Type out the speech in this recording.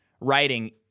writing